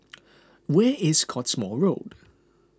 where is Cottesmore Road